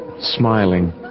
smiling